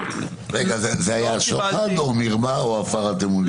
רגע, זה היה שוחד או מרמה או הפרת אמונים?